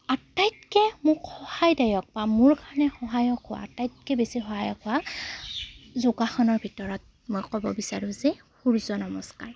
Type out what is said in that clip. আটাইতকৈ মোক সহায়দায়ক বা মোৰ কাৰণে সহায়ক হোৱা আটাইতকৈ বেছি সহায়ক হোৱা যোগাসনৰ ভিতৰত মই ক'ব বিচাৰোঁ যে সূৰ্য নমস্কাৰ